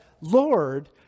Lord